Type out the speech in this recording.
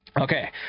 okay